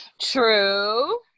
true